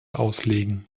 auslegen